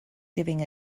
giving